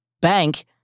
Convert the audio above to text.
bank